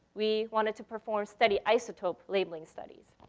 we wanted to perform steady isotope labeling studies.